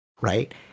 Right